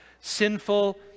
sinful